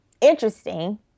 interesting